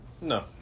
No